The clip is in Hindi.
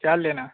चावल लेना है